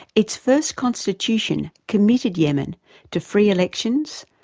its first constitution committed yemen to free elections,